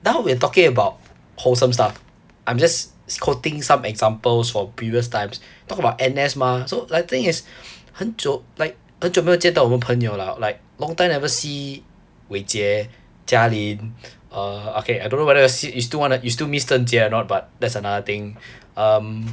now we're talking about wholesome stuff I'm just quoting some examples from previous times talk about N_S mah so like the thing is 很久 like 很久没有见到我们朋友 lah like long time never see wei jie jia lin err okay I don't know whether you still wanna you still miss zheng jie or not but that's another thing um